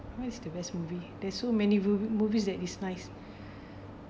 what is the best movie there's so many mov~ movies that is nice